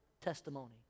testimony